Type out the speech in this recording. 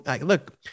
look